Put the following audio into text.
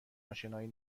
آشنایی